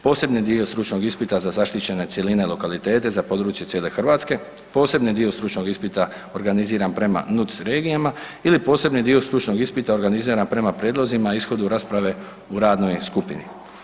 Posebni dio stručnog ispita za zaštićene cjeline i lokalitete za područje cijele Hrvatske, posebni dio stručnog ispita organiziran prema NUTS regijama ili posebni dio stručnog ispita organiziran prema prijedlozima i ishodu rasprave u radnoj skupini.